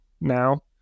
now